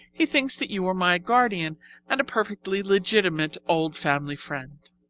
he thinks that you are my guardian and a perfectly legitimate old family friend.